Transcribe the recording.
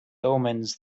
omens